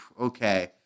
okay